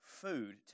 food